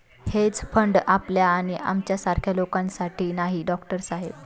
hedge fund आपल्या आणि आमच्यासारख्या लोकांसाठी नाही, डॉक्टर साहेब